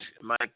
Mike